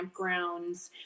campgrounds